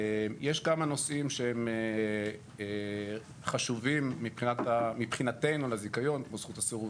יש כמה נושאים שהם חשובים מבחינתנו לזיכיון כמו זכות הסירוב